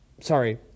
sorry